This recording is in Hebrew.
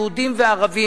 יהודים וערבים,